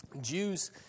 Jews